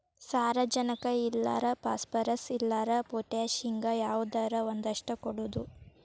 ಸಾರಜನಕ ಇಲ್ಲಾರ ಪಾಸ್ಪರಸ್, ಇಲ್ಲಾರ ಪೊಟ್ಯಾಶ ಹಿಂಗ ಯಾವದರ ಒಂದಷ್ಟ ಕೊಡುದು